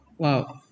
Wow